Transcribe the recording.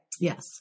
yes